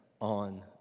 on